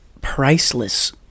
priceless